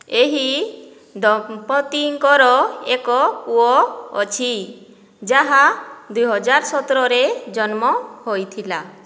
ଏହି ଦମ୍ପତିଙ୍କର ଏକ ପୁଅ ଅଛି ଯାହା ଦୁଇହଜାର ସତରରେ ଜନ୍ମ ହୋଇଥିଲା